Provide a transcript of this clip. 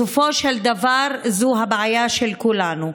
בסופו של דבר זו הבעיה של כולנו.